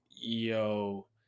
yo